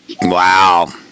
Wow